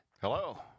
Hello